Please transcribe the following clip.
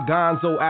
Gonzo